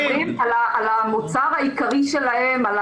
אנחנו מדברים על המוצר העיקרי שלהם.